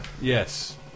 yes